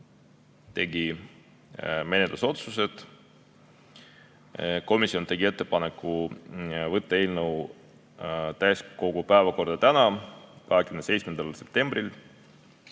tegi menetlusotsused. Komisjon tegi ettepaneku võtta eelnõu täiskogu päevakorda täna, 27. septembril.